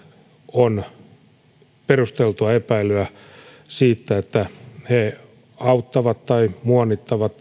on perusteltua epäilyä siitä että he auttavat tai muonittavat